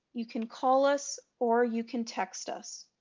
you can call us, or you can text us.